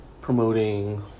promoting